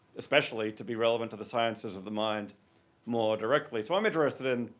especially, to be relevant to the sciences of the mind more directly. so i'm interested in,